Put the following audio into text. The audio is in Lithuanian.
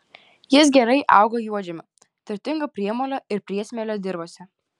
jis gerai auga juodžemiu turtingo priemolio ir priesmėlio dirvose